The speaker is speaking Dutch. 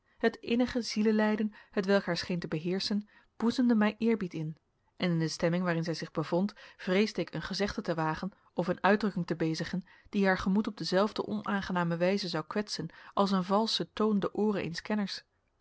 het innige zielelijden hetwelk haar scheen te beheerschen boezemde mij eerbied in en in de stemming waarin zij zich bevond vreesde ik een gezegde te wagen of een uitdrukking te bezigen die haar gemoed op dezelfde onaangename wijze zou kwetsen als een valsche toon de ooren eens kenners